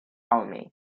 army